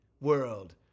world